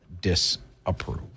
disapprove